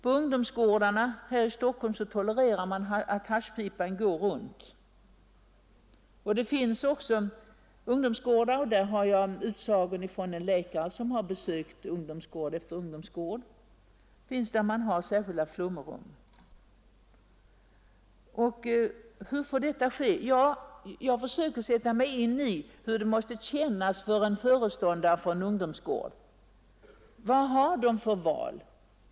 På ungdomsgårdarna här i Stockholm tolererar man att haschpipan går runt. Det finns också ungdomsgårdar där man har särskilda ”flummerrum” — jag har den uppgiften från en läkare som besökt ungdomsgård efter ungdomsgård. Hur kan detta få ske? Jag försöker sätta mig in i hur det måste kännas för föreståndare på en ungdomsgård. Vad har de för val?